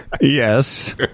Yes